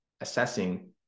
assessing